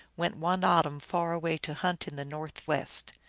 went one autumn far away to hunt in the northwest.